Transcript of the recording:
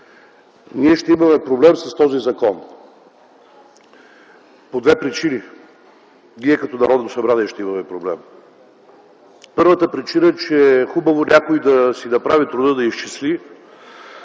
Ние ще имаме проблем с този закон по две причини. Ние, като Народно събрание, ще имаме проблем. Първата причина е, че е хубаво някой да си направи труда да изчисли